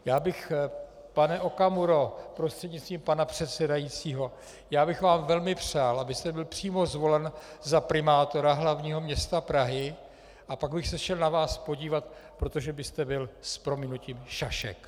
Já bych, pane Okamuro prostřednictvím pana předsedajícího, já bych vám velmi přál, abyste byl přímo zvolen za primátora hlavního města Prahy, a pak bych se šel na vás podívat, protože byste byl, s prominutím, šašek!